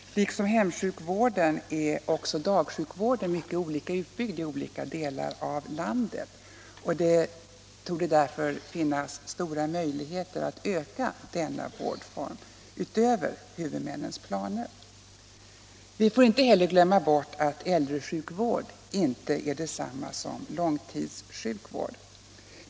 Liksom hemsjukvården är dagsjukvården mycket olika utbyggd i olika delar av landet, och det torde därför finnas stora möjligheter att öka denna vårdform utöver huvudmännens planer. Vi får inte heller glömma bort att äldresjukvård inte är detsamma som långtidssjukvård.